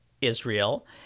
Israel